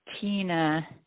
Tina